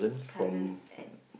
cousins at